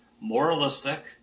moralistic